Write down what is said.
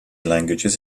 languages